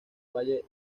valle